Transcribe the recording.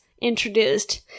introduced